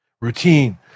routine